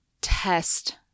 test